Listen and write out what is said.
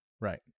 Right